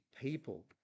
people